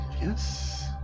Yes